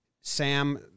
sam